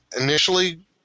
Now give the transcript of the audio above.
initially